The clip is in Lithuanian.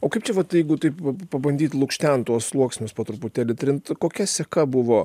o kaip čia vat jeigu taip va pabandyt lukštent tuos sluoksnius po truputėlį trint kokia seka buvo